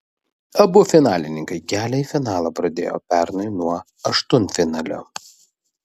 abu finalininkai kelią į finalą pradėjo pernai nuo aštuntfinalio